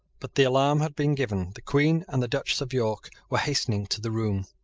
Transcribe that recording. but the alarm had been given. the queen and the duchess of york were hastening to the room.